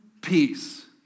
peace